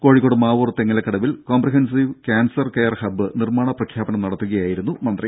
കോഴിക്കോട് മാവൂർ തെങ്ങിലക്കടവിൽ comprehensive cancer care hub നിർമാണ പ്രഖ്യാപനം നടത്തുകയായിരുന്നു മന്ത്രി